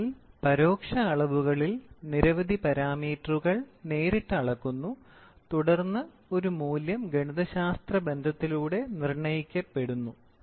അതിനാൽ പരോക്ഷ അളവുകളിൽ നിരവധി പാരാമീറ്ററുകൾ നേരിട്ട് അളക്കുന്നു തുടർന്ന് ഒരു മൂല്യം ഗണിതശാസ്ത്ര ബന്ധത്തിലൂടെ നിർണ്ണയിക്കപ്പെടുന്നു